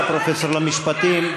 אתה פרופסור למשפטים,